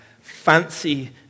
fancy